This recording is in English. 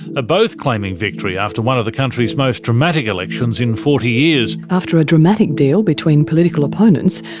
ah both claiming victory after one of the country's most dramatic elections in forty years. after a dramatic deal between political opponents,